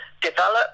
develop